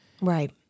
right